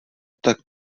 tak